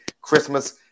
Christmas